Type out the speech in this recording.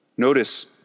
Notice